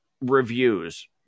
reviews